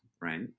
right